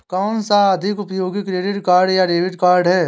कौनसा अधिक उपयोगी क्रेडिट कार्ड या डेबिट कार्ड है?